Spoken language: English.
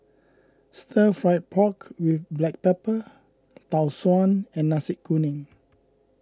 Stir Fried Pork with Black Pepper Tau Suan and Nasi Kuning